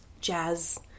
jazz